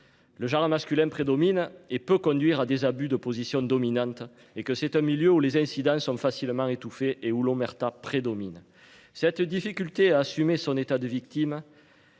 Le jardin masculin prédomine et peut conduire à des abus de position dominante et que c'est un milieu où les incidents sont facilement étouffée et où l'omerta prédomine cette difficulté à assumer son état de victimes.